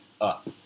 up